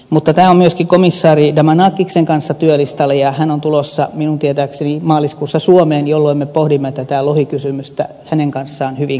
tämä on myöskin komissaari damanakiksen kanssa työlistalla ja hän on tulossa suomeen minun tietääkseni maaliskuussa jolloin me pohdimme tätä lohikysymystä hänen kanssaan hyvin kattavasti